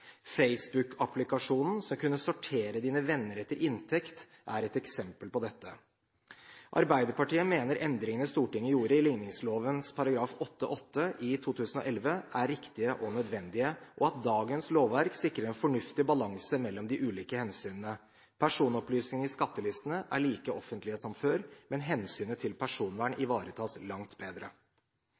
Facebook-applikasjonen som kunne sortere dine venner etter inntekt, er et eksempel på dette. Arbeiderpartiet mener endringene Stortinget gjorde i ligningsloven § 8-8 i 2011, er riktige og nødvendige og at dagens lovverk sikrer en fornuftig balanse mellom de ulike hensynene. Personopplysningene i skattelistene er like offentlige som før, men hensynet til personvern ivaretas langt